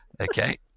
Okay